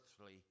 earthly